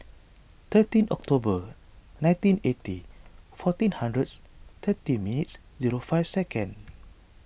thirteen October nineteen eighty fourteen hundreds thirty minutes and five seconds